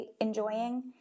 enjoying